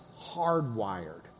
hardwired